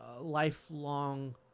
lifelong